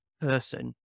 person